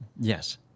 Yes